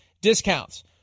discounts